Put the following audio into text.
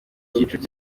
cyiciro